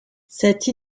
cette